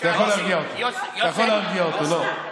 אתה יכול להרגיע אותו, לא.